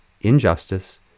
injustice